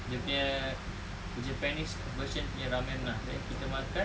dia punya japanese version punya ramen lah then kita makan